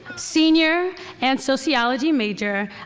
senior and sociology major,